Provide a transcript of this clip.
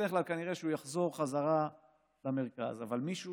בדרך כלל כנראה שהוא יחזור חזרה למרכז, אבל מישהו